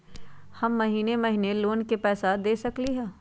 हम महिने महिने लोन के पैसा दे सकली ह?